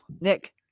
Nick